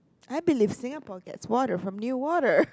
I believe Singapore gets water from new water